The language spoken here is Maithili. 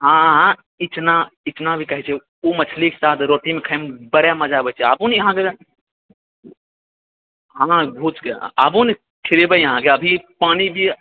हाँ आ इचना इचना भी कहै छै ओ मछलीकेन साथ रोटीमे खाइमे बड़े मजा अबै छै आबू ने इहाँ दने हाँ हाँ भूजके आबू ने खिलाएब अहाँकेँ अभी पानि भी